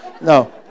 No